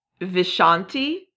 Vishanti